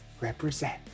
Represent